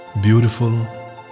Beautiful